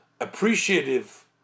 appreciative